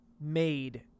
made